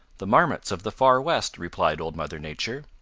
the marmots of the far west, replied old mother nature.